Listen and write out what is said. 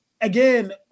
again